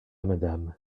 madame